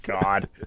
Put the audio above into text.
God